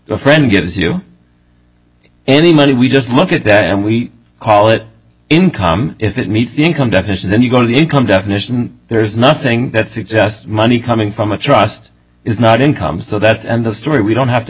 your friend gives you any money we just look at them we call it income if it meets the income definition then you go to the income definition there's nothing that suggests money coming from a trust is not income so that's end of story we don't have to